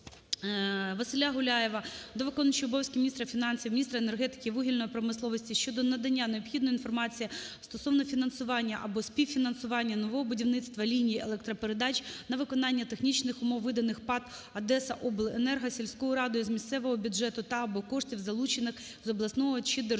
Василя Гуляєва до виконуючої обов'язки міністра фінансів, міністра енергетики та вугільної промисловості щодо надання необхідної інформації стосовно фінансування (або співфінансування) нового будівництва ліній електропередач на виконання технічних умов, виданих ПАТ "Одесаобленерго" сільською радою з місцевого бюджету та/або коштів залучених з обласного чи державного